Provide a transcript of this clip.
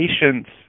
patients